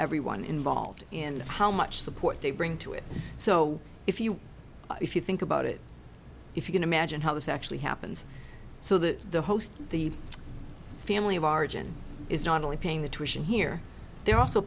everyone involved in how much support they bring to it so if you if you think about it if you can imagine how this actually happens so that the host the family of origin is not only paying the tuition here they're also